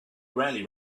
rarely